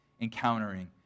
encountering